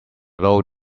load